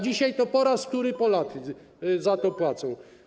Dzisiaj to po raz któryś Polacy za to płacą.